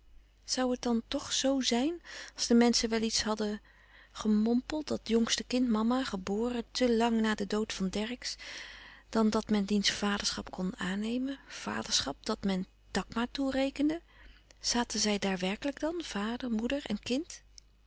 zoû het dan toch zoo zijn als de menschen wel iets hadden gemompeld dat jongste kind mama geboren te lang na den dood van dercksz dan dat men diens vaderschap kon aannemen vaderschap dat men takma toerekende zaten zij daar werkelijk dan vader moeder en kind